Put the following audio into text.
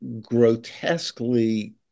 grotesquely